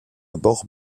bords